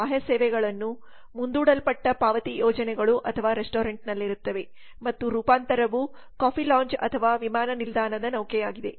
ಬಾಹ್ಯ ಸೇವೆಗಳನ್ನು ಮುಂದೂಡಲ್ಪಟ್ಟ ಪಾವತಿ ಯೋಜನೆಗಳು ಅಥವಾ ರೆಸ್ಟೋರೆಂಟ್ ನಲ್ಲಿರುತ್ತವೆ ಮತ್ತು ರೂಪಾಂತರವು ಕಾಫಿ ಲೌಂಜ್ ಅಥವಾ ವಿಮಾನ ನಿಲ್ದಾಣದ ನೌಕೆಯಾಗಿದೆ